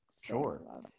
Sure